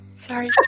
Sorry